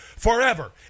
Forever